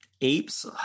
apes